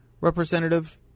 Representative